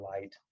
light